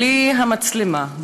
בלי המצלמה,